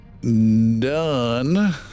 Done